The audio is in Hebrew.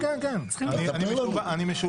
אני משובץ.